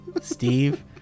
Steve